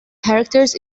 characters